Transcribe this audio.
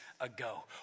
ago